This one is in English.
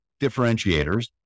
differentiators